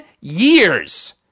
years